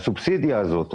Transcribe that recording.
הסובסידיה הזאת,